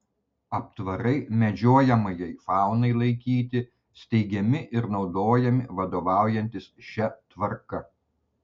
aptvarai medžiojamajai faunai laikyti steigiami ir naudojami vadovaujantis šia tvarka